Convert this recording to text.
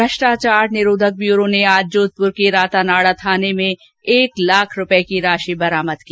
भ्रष्टाचार निरोधक ब्यूरो ने आज जोधप्र के रातानाडा थाने में एक लाख रूपये की राशि बरामद की